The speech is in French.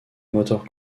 motor